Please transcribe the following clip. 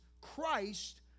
Christ